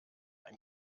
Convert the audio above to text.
ein